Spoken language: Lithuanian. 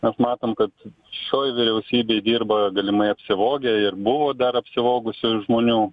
mes matom kad šioj vyriausybėj dirba galimai apsivogę ir buvo dar apsivogusių žmonių